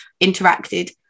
interacted